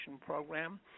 program